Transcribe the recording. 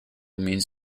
means